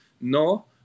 no